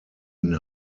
ihn